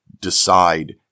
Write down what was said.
decide